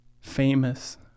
famous